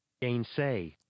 Gainsay